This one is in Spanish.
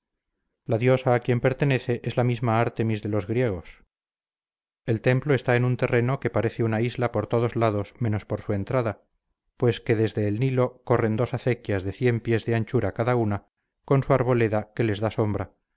diosa a quien pertenece es la misma artemis de los griegos el templo está en un terreno que parece una isla por todos lados menos por su entrada pues que desde el nilo corren dos acequias de cien pies de anchura cada una con su arboleda que les da sombra